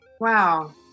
Wow